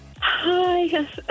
Hi